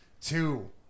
two